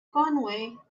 conway